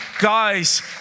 Guys